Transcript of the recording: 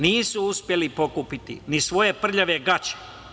Nisu uspeli pokupiti ni svoje prljave gaće.